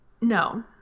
No